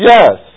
Yes